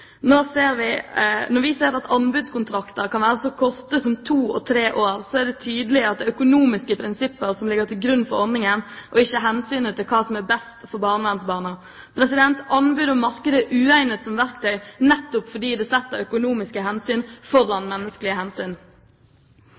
Når vi ser at anbudskontrakter kan være så korte som to og tre år, er det tydelig at det er økonomiske prinsipper som ligger til grunn for ordningen, og ikke hensynet til hva som er best for barnevernsbarna. Anbud og marked er uegnet som verktøy nettopp fordi det setter økonomiske hensyn foran menneskelige hensyn.